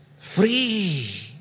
free